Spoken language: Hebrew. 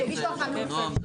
שיגישו הערכה מעודכנת.